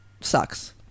Sucks